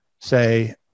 say